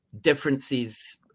differences